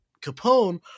Capone